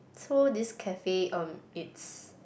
so this cafe um it's